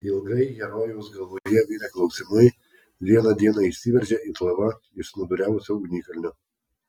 ilgai herojaus galvoje virę klausimai vieną dieną išsiveržė it lava iš snūduriavusio ugnikalnio